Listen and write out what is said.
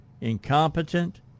Incompetent